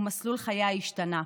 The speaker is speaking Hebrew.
ומסלול חייה השתנה,